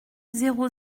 zéro